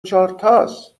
چهارتاس